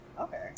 Okay